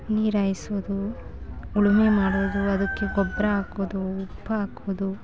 ನೀರು ಹಾಯ್ಸೋದು ಉಳುಮೆ ಮಾಡೋದು ಅದಕ್ಕೆ ಗೊಬ್ಬರ ಹಾಕೋದು ಉಪ್ಪಾಕೋದು